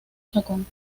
chacón